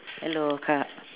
hello kak